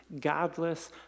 godless